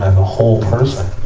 whole person.